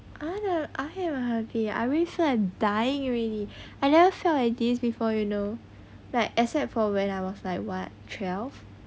I want to a hobby I really feel like dying already I never felt like this before you know like except for when I was like what twelve